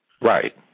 Right